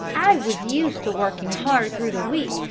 i was used to working hard through the week,